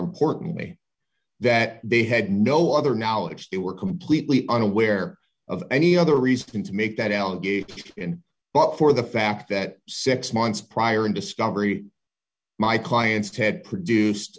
importantly that they had no other knowledge they were completely unaware of any other reason to make that allegation but for the fact that six months prior in discovery my clients had produced